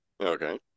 Okay